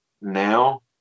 now